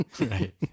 Right